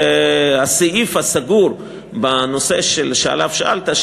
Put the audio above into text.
הסעיף הסגור בנושא שעליו שאלת,